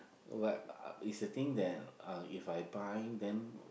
but uh it's the thing that uh If I buy then